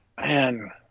Man